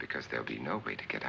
because there'll be nobody to get